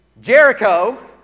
Jericho